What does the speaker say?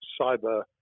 cyber